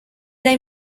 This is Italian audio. dai